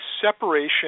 separation